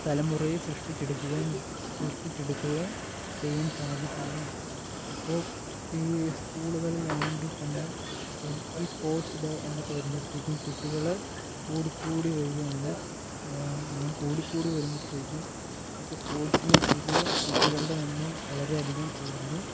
തലമുറയെ സൃഷ്ടിച്ചെടുക്കുവാൻ സൃഷ്ടിച്ചെടുക്കുകയും ചെയ്യാൻ സാധിക്കുന്നു ഇപ്പോൾ ഈ സ്കൂളുകളിൽ ആണെങ്കിൽ തന്നെ ഇപ്പം ഈ സ്പോർട്സ് ഡേ എന്നൊക്കെ വരുമ്പോഴേക്കും കുട്ടികൾ കൂടി കൂടി വരുകയാണ് അങ്ങനെ കൂടി കൂടി വരുമ്പോഴേക്കും നമുക്ക് സ്പോർട്സിനെ കൂടുതൽ കുട്ടികളുടെ എണ്ണവും വളരെ അധികം കൂടുന്നു